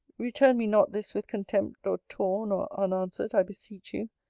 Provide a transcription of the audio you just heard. return me not this with contempt, or torn, or unanswered, i beseech you.